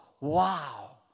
wow